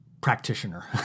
practitioner